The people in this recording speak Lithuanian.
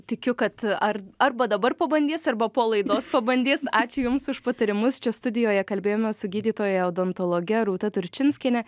tikiu kad ar arba dabar pabandys arba po laidos pabandys ačiū jums už patarimus čia studijoje kalbėjome su gydytoja odontologe rūta turčinskienė